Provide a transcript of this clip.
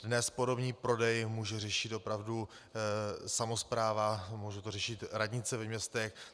Dnes podomní prodej může řešit opravdu samospráva, může to řešit radnice ve městech.